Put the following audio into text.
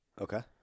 Okay